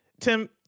Tim